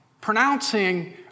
pronouncing